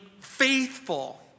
faithful